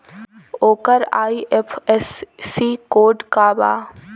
ओकर IFSC code का बा?